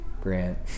Grant